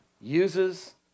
uses